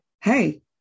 Hey